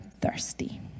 thirsty